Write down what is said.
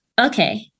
okay